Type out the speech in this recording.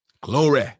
Glory